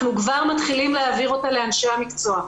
להעביר אותה לאנשי המקצוע.